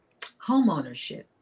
homeownership